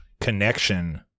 connection